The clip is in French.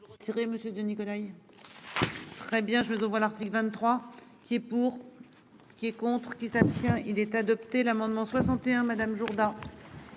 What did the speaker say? Très bien, je dois l'article 23 qui est pour. Qui est contre qui s'abstient. Il est adopté l'amendement 61 Madame Jourdan.